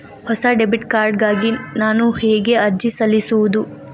ಹೊಸ debit card ಗಾಗಿ ನಾನು ಹೇಗೆ ಅರ್ಜಿ ಸಲ್ಲಿಸುವುದು?